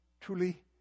truly